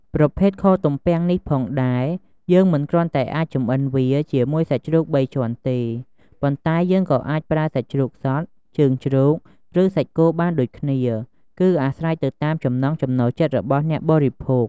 ប្រភេទខទំពាំងនេះផងដែរ យើងមិនគ្រាន់តែអាចចម្អិនវាជាមួយសាច់ជ្រូកបីជាន់ទេ ប៉ុន្តែយើងក៏អាចប្រើសាច់ជ្រូកសុទ្ធ ជើងជ្រូក ឬ សាច់គោបានដូចគ្នា គឺអាស្រ័យទៅតាមចំណង់ចំណូលចិត្តរបស់អ្នកបរិភោគ។